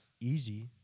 easy